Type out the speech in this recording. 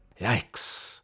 Yikes